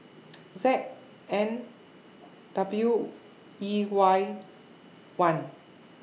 Z N W E Y one